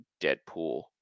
Deadpool